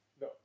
No